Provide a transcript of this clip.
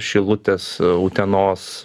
šilutės utenos